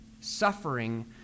suffering